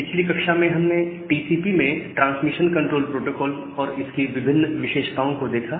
पिछली कक्षा में हमने टीसीपी मे ट्रांसमिशन कंट्रोल प्रोटोकोल और इसकी विभिन्न विशेषताओं को देखा